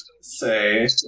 say